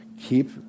Keep